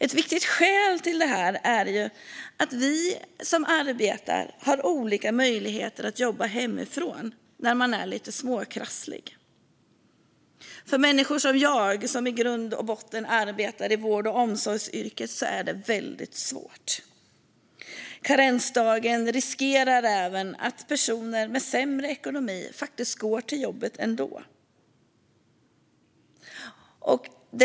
Ett viktigt skäl till det är att människor har olika möjligheter att jobba hemifrån när de är småkrassliga. För människor som jag, som i grund och botten arbetar i vård och omsorgsyrket, är det väldigt svårt. Med karensdagen riskerar man även att personer med sämre ekonomi går till jobbet ändå.